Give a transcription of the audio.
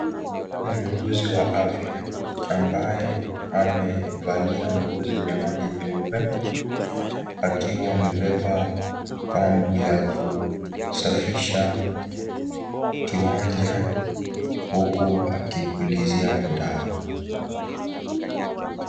Muuguzi wa afya ambaye amevalia nguo zenye rangi nyeupe akiwa amebeba pampu ya kusafisha kiwancha huku akipulizia dawa.